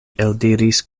eldiris